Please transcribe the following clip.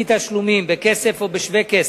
כי תשלומים בכסף או בשווה כסף,